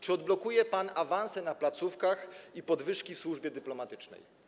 Czy odblokuje pan awanse na placówkach i podwyżki w służbie dyplomatycznej?